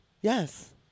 Yes